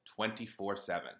24-7